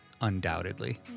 undoubtedly